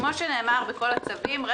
כפי שנאמר בכל הצווים,